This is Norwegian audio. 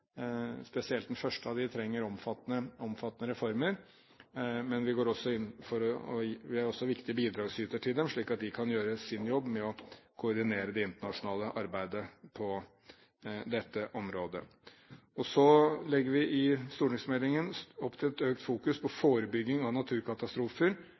spesielt den første av disse trenger omfattende reformer, men vi er også viktige bidragsytere til dem, slik at de kan gjøre sin jobb med å koordinere det internasjonale arbeidet på dette området. Så legger vi i stortingsmeldingen opp til økt fokus på